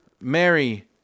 Mary